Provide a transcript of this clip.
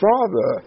Father